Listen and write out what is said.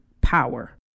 power